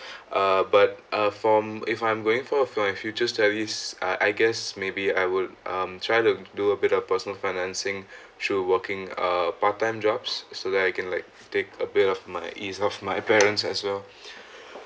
uh but uh from if I'm going for for my future studies uh I guess maybe I will um try to do a bit of personal financing through working uh part time jobs so that I can like take a bit of my ease of my parents as well